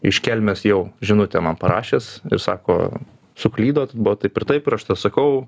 iš kelmės jau žinutę man parašęs ir sako suklydot buvo taip ir taip ir aš tada sakau